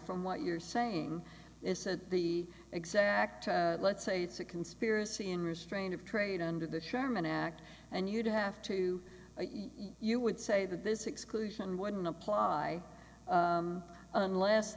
from what you're saying is that the exact let's say it's a conspiracy in restraint of trade under the sherman act and you'd have to you would say that this exclusion wouldn't apply unless